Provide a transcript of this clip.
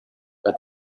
but